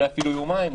אולי אפילו יומיים,